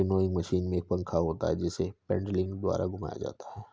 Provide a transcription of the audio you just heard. winnowing machine में एक पंखा होता है जिसे पेडलिंग द्वारा घुमाया जाता है